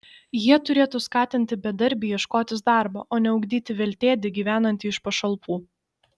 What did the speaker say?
jie turėtų skatinti bedarbį ieškotis darbo o ne ugdyti veltėdį gyvenantį iš pašalpų